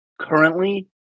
currently